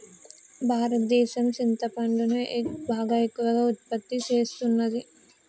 భారతదేసం సింతపండును బాగా ఎక్కువగా ఉత్పత్తి సేస్తున్నది